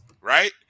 right